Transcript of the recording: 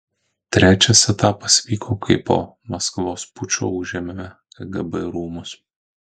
trečias etapas vyko kai po maskvos pučo užėmėme kgb rūmus